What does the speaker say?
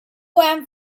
warm